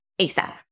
ASAP